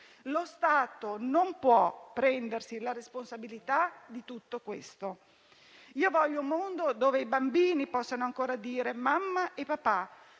Lo Stato non può prendersi la responsabilità di tutto questo. Io voglio un mondo dove i bambini possano ancora dire mamma e papà,